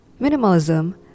Minimalism